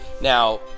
Now